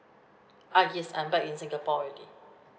ah yes I'm back in singapore already